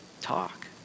talk